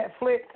Netflix